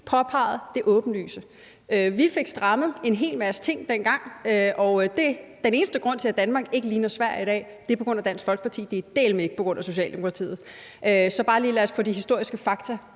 påpegede det åbenlyse. Vi fik strammet en hel masse ting dengang, og den eneste grund til, at Danmark ikke ligner Sverige i dag, er Dansk Folkeparti. Det er dæleme ikke på grund af Socialdemokratiet. Det er bare for at få de historiske fakta